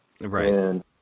Right